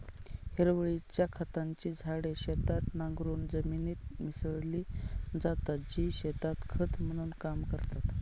हिरवळीच्या खताची झाडे शेतात नांगरून जमिनीत मिसळली जातात, जी शेतात खत म्हणून काम करतात